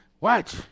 Watch